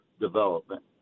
development